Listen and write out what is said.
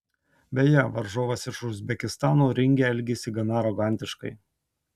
beje varžovas iš uzbekistano ringe elgėsi gana arogantiškai